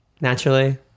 Naturally